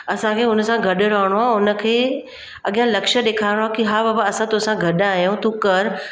असांखे हुन सां गॾु रहणो आहे हुन खे अॻियां लक्ष्य ॾेखारिणो आहे की हा बाबा असां तोसां गॾु आहियूं तूं कर